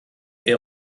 est